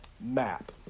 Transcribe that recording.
map